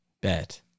bet